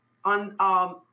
On